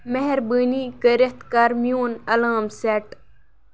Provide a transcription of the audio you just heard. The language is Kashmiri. مٮ۪ہربٲنی کٔرِتھ کَر میون اَلام سٮ۪ٹ